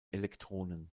elektronen